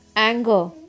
anger